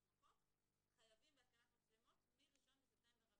החוק חייבים בהתקנת מצלמות מ-1 בספטמבר,